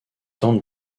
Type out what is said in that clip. tente